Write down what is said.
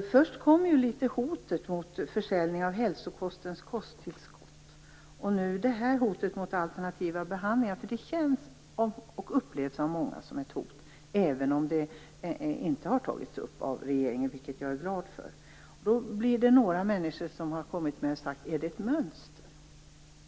Först kom det ju litet hot mot försäljning av hälsokostens kosttillskott och nu kommer hotet mot alternativa behandlingar, för det upplevs av många som ett hot. Några människor har kommit till mig och frågat om detta är ett mönster.